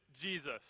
Jesus